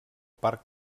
parc